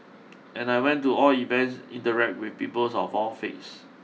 and I went to all events interact with peoples of all faiths